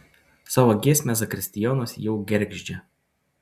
savo giesmę zakristijonas jau gergždžia